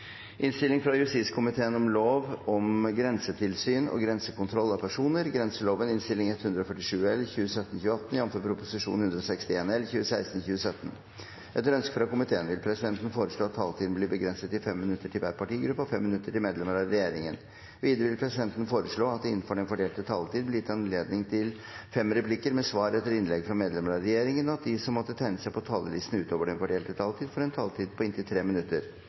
minutter til medlemmer av regjeringen. Videre vil presidenten foreslå at det – innenfor den fordelte taletid – blir gitt anledning til fem replikker med svar etter innlegg fra medlemmer av regjeringen, og at de som måtte tegne seg på talerlisten utover den fordelte taletid, får en taletid på inntil 3 minutter.